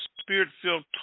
spirit-filled